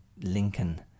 lincoln